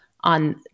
on